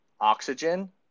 oxygen